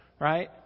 right